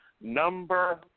number